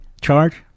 charge